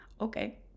Okay